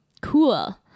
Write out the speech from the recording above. Cool